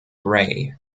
gray